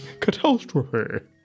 Catastrophe